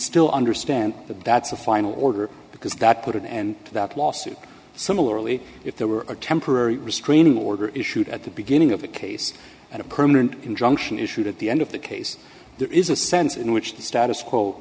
still understand that that's a final order because that put an end to that lawsuit similarly if there were d a temporary restraining order issued at the beginning of the case and a permanent injunction issued at the end of the case there is a sense in which the status quo